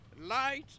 light